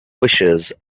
wishes